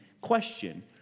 question